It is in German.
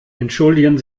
entschuldigen